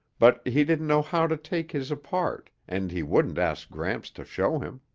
but he didn't know how to take his apart and he wouldn't ask gramps to show him.